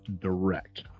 direct